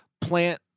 plant